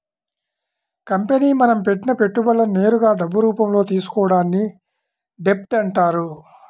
company మనం పెట్టిన పెట్టుబడులను నేరుగా డబ్బు రూపంలో తీసుకోవడాన్ని డెబ్ట్ అంటారు